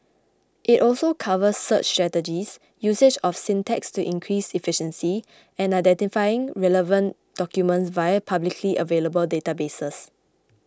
it also covers search strategies usage of syntax to increase efficiency and identifying relevant documents via publicly available databases